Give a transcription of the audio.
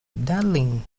darling